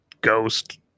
ghost